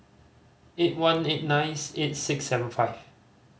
eight one eight nine eight six seven five